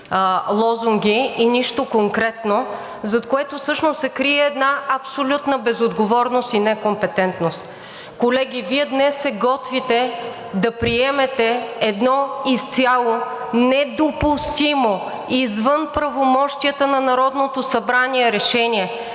лозунги и нищо конкретно, зад което всъщност се крие една абсолютна безотговорност и некомпетентност. Колеги, Вие днес се готвите да приемете едно изцяло недопустимо, извън правомощията на Народното събрание решение.